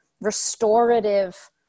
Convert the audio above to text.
restorative